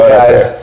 guys